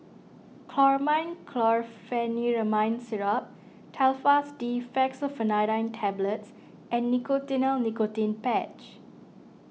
Chlormine Chlorpheniramine Syrup Telfast D Fexofenadine Tablets and Nicotinell Nicotine Patch